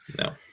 no